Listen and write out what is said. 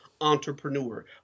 entrepreneur